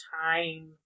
time